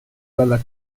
dalla